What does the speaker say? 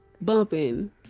bumping